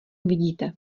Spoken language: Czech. vidíte